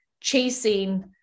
chasing